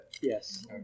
Yes